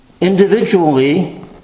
individually